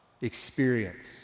Experience